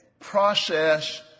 Process